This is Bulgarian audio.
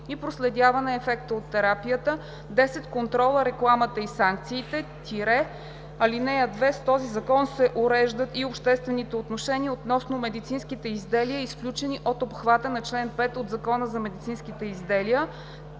и проследяване ефекта от терапията; 10. контрола, рекламата и санкциите – (2) С този закон се уреждат и обществените отношения относно медицинските изделия, изключени от обхвата на чл. 5 от Закона за медицинските изделия.